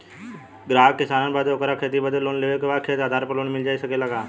ग्राहक किसान बा ओकरा के खेती बदे लोन लेवे के बा खेत के आधार पर लोन मिल सके ला?